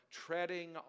treading